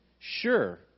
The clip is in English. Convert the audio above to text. Sure